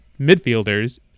midfielders